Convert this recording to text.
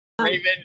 Raven